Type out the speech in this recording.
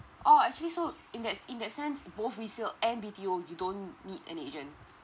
oh actually so in that in that sense both resale and B_T_O you don't need any agent